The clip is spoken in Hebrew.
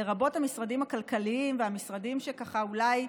לרבות המשרדים הכלכליים והמשרדים שככה אולי,